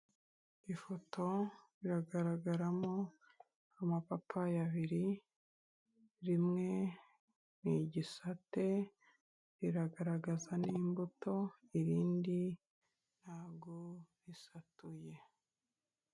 Ifoto iragaragaramo amapapa abiri, rimwe ni igisate, riragaragaza n'imbuto, irindi ntago risatuye.